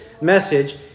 message